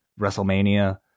WrestleMania